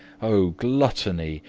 o gluttony!